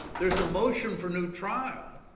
there is a motion for new trial,